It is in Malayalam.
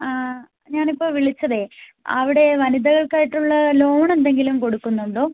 ഞാൻ ഇപ്പോൾ വിളിച്ചത് അവിടെ വനിതകൾക്കായിട്ടുള്ള ലോൺ എന്തെങ്കിലും കൊടുക്കുന്നുണ്ടോ